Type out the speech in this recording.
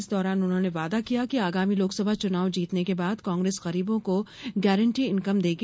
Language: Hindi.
इस दौरान उन्होंने वादा किया कि आगामी लोकसभा चुनाव जीतने के बाद कांग्रेस गरीबों को गारंटी इनकम देगी